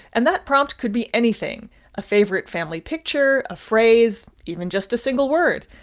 and that prompt could be anything a favorite family picture, a phrase, even just a single word.